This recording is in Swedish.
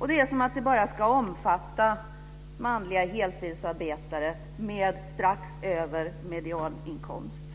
Det verkar som om det bara ska omfatta manliga heltidsarbetare med en inkomst strax över medianinkomsten.